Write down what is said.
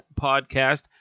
podcast